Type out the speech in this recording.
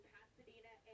Pasadena